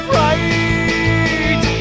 right